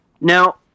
Now